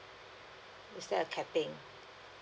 is there a capping